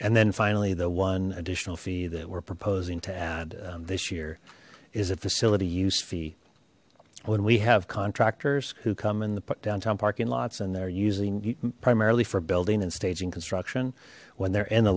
and then finally the one additional fee that we're proposing to add this year is a facility use fee when we have contractors who come in the downtown parking lots and they're using primarily for building and staging construction when they're in